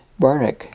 Barnick